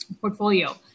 portfolio